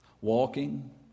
walking